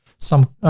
some